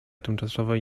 tymczasowej